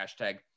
hashtag